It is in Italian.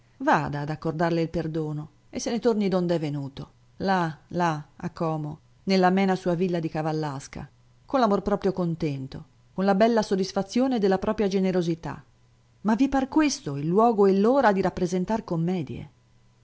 vada ad accordarle il perdona e se ne torni dond'è venuto là là a como nell'amena sua villa di cavallasca con l'amor proprio contento con la bella soddisfazione della propria generosità ma vi par questo i luogo e l'ora di rappresentar commedie